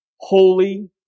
holy